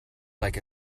like